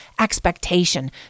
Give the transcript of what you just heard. expectation